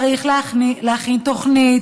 צריך להכין תוכנית